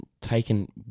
taken